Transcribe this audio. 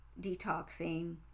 detoxing